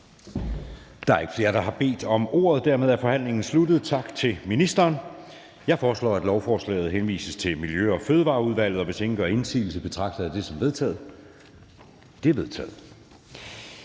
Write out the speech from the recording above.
Der er ikke flere, der har bedt om ordet. Dermed er forhandlingen sluttet. Tak til ministeren. Jeg foreslår, at lovforslaget henvises til Miljø- og Fødevareudvalget. Hvis ingen gør indsigelse, betragter jeg det som vedtaget. Det er vedtaget.